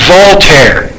Voltaire